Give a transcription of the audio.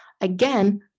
Again